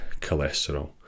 cholesterol